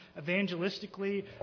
evangelistically